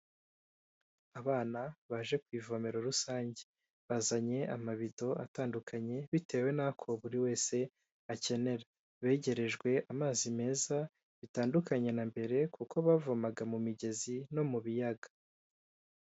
Abana baje ku ivomero rusange. Bazanye amabido atandukanye bitewe n'ako buri wese akenera. Begerejwe amazi meza bitandukanye na mbere, kuko bavomaga mu migezi no mu biyaga.